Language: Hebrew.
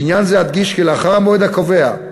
בעניין זה אדגיש כי לאחר המועד הקובע,